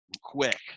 quick